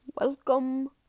Welcome